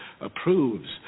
approves